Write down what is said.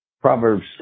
Proverbs